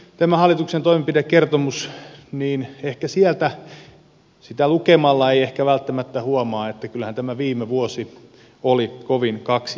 tätä hallituksen toimenpidekertomusta lukemalla ei ehkä välttämättä huomaa että kyllähän tämä viime vuosi oli kovin kaksijakoinen